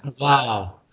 Wow